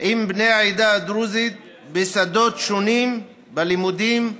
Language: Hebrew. עם בני העדה הדרוזית בשדות שונים: בלימודים,